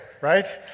right